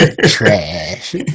Trash